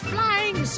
Flying